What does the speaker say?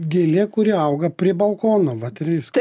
gėlė kuri auga prie balkono vat ir viskas